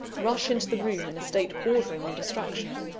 rush into the room in a state bordering on distraction,